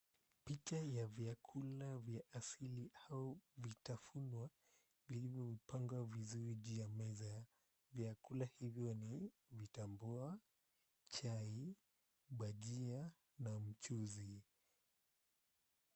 Picha ya vyakula vya asili au vitafunwa vilivyopangwa vizuri juu ya meza. Vyakula hivyo ni vitambua, chai, bajia na mchuzi.